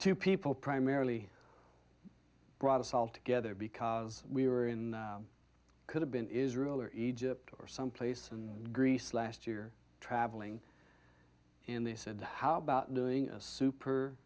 to people primarily brought us all together because we were in could have been israel or egypt or some place in greece last year traveling in the said how about doing a super